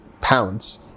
pounds